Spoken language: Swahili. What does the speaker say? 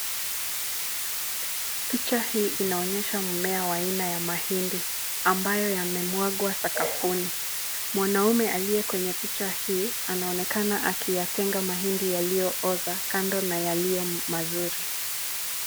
Picha hii huonyesha mmea wa mahindi ambayo yamemwagwa sakafuni mwanaume aliye kwenye picha hii anaonekana anayatenga mahindi yaliyooza kando na yaliyo mazuri